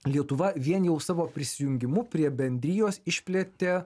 lietuva vien jau savo prisijungimu prie bendrijos išplėtė